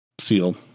seal